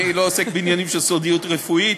אני לא עוסק בעניינים של סודיות רפואית,